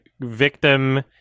victim